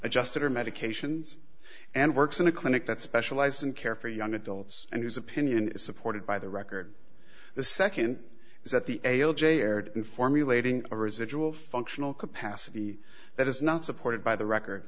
adjusted her medications and works in a clinic that specializes in care for young adults and whose opinion is supported by the record the nd is that the ale j erred in formulating a residual functional capacity that is not supported by the record